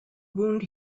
wound